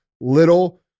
little